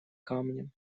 камнем